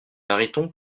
mariton